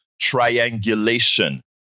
triangulation